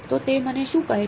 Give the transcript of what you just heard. તો તે મને શું કહે છે